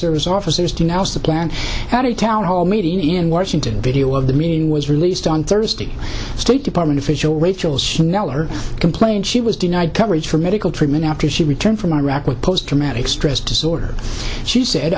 service officers denounced the plan out of town hall meeting in washington a video of the meeting was released on thursday state department official rachel schneller complained she was denied coverage for medical treatment after she returned from iraq with post traumatic stress disorder she said